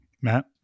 matt